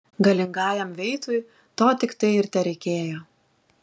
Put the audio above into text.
galingajam veitui to tiktai ir tereikėjo